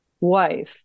wife